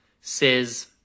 says